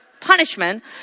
punishment